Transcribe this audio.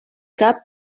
cap